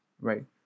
Right